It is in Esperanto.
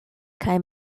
kaj